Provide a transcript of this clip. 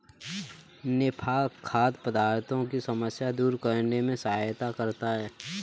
निफा खाद्य पदार्थों की समस्या दूर करने में सहायता करता है